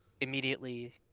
immediately